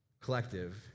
Collective